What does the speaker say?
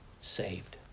saved